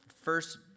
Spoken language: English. first